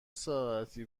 ساعتی